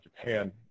Japan